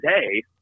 today